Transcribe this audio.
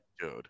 dude